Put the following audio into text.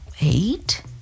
eight